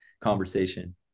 conversation